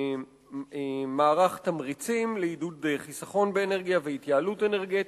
מערך תמריצים לעידוד חיסכון באנרגיה והתייעלות אנרגטית.